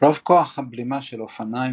רוב כוח הבלימה של אופניים